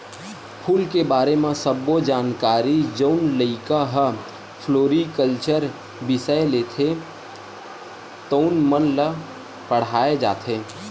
फूल के बारे म सब्बो जानकारी जउन लइका ह फ्लोरिकलचर बिसय लेथे तउन मन ल पड़हाय जाथे